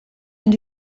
and